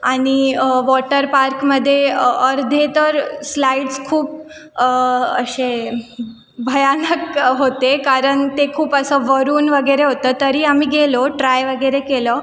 आणि वॉटर पार्कमध्ये अर्धे तर स्लाइड्स खूप असे भयानक होते कारण ते खूप असं वरून वगैरे होतं तरी आम्ही गेलो ट्राय वगैरे केलं